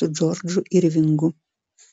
su džordžu irvingu